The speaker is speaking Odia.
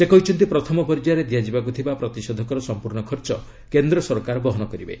ସେ କହିଛନ୍ତି ପ୍ରଥମ ପର୍ଯ୍ୟାୟରେ ଦିଆଯିବାକୁ ଥିବା ପ୍ରତିଷେଧକର ସମ୍ପର୍ଣ୍ଣ ଖର୍ଚ୍ଚ କେନ୍ଦ୍ର ସରକାର ବହନ କରିବେ